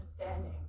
understanding